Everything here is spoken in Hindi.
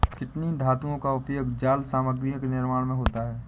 किन धातुओं का उपयोग जाल सामग्रियों के निर्माण में होता है?